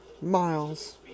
Miles